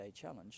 challenge